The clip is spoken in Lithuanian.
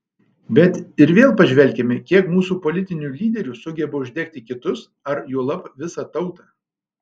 bet ir vėl pažvelkime kiek mūsų politinių lyderių sugeba uždegti kitus ar juolab visą tautą